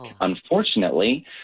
Unfortunately